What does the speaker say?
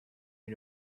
you